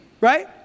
right